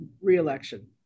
reelection